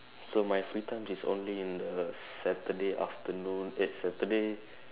so my free time is only in the Saturday afternoon eh Saturday